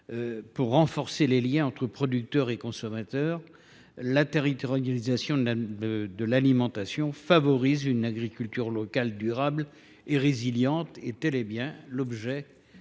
pour renforcer les liens entre producteurs et consommateurs. La territorialisation de l’alimentation favorise une agriculture locale, durable et résiliente. Les quatre amendements